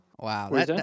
wow